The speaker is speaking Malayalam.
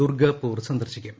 ദുർഗാപൂർ സന്ദർശിക്കും